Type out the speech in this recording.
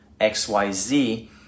XYZ